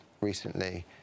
recently